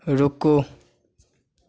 रूकु